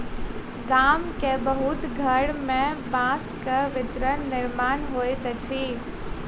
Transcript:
गाम के बहुत घर में बांसक बर्तनक निर्माण होइत अछि